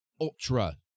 ultra